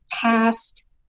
past